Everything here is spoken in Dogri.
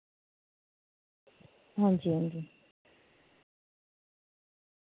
अंजी अंजी